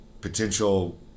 potential